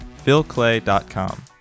philclay.com